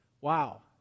Wow